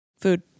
food